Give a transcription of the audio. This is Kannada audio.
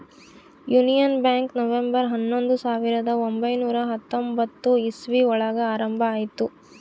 ಯೂನಿಯನ್ ಬ್ಯಾಂಕ್ ನವೆಂಬರ್ ಹನ್ನೊಂದು ಸಾವಿರದ ಒಂಬೈನುರ ಹತ್ತೊಂಬತ್ತು ಇಸ್ವಿ ಒಳಗ ಆರಂಭ ಆಯ್ತು